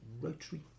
rotary